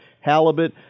halibut